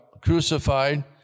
crucified